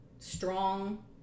strong